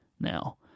now